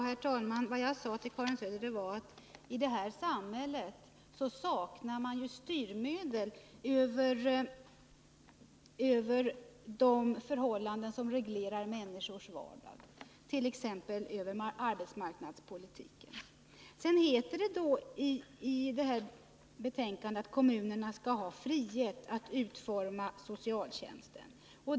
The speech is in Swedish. Herr talman! Vad jag sade till Karin Söder var att man i detta samhälle saknar styrmedel när det gäller de förhållanden som reglerar människors liv, t.ex. beträffande arbetsmarknadspolitiken. I detta betänkande heter det att kommunerna skall ha frihet att utforma socialtjänsten.